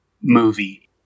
movie